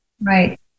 Right